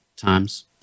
times